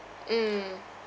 mm